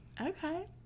okay